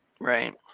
Right